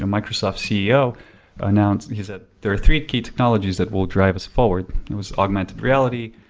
ah microsoft ceo announced, he said, there are three key technologies that will drive us forward. it was augmented reality,